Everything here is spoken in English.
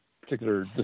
particular